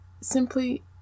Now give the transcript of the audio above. simply